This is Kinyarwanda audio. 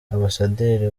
ambasaderi